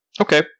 Okay